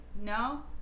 No